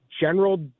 general